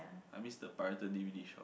I missed the pirated d_v_d shop